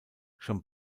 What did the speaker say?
schon